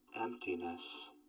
emptiness